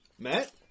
Matt